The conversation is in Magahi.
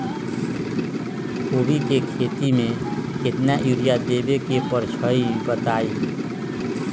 कोबी के खेती मे केतना यूरिया देबे परईछी बताई?